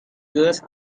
girls